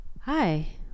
Hi